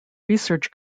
research